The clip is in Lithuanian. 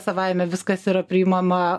savaime viskas yra priimama